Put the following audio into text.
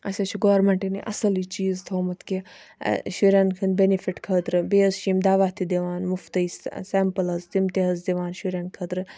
اَسہِ حظ چھُ گورمنٹٮ۪ن یہِ اَصل چیٖز تھوٚومُت کہِ شُرٮ۪ن ہٕنٛدۍ بیٚنِفِٹ خٲطرٕ بییٚہِ حظ چھِ یِم دَوا تہِ دِوان مُفتے سیمپل حظ تِم تہٕ حظ دِوان شُریٚن خٲطرٕ